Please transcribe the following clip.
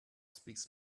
speaks